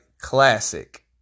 classic